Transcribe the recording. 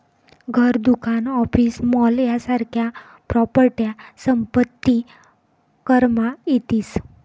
घर, दुकान, office, mall यासारख्या प्रॉपर्ट्या संपत्ती करमा येतीस